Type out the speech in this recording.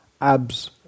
abs